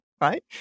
right